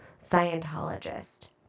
Scientologist